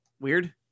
Weird